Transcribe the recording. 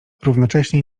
równocześnie